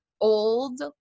old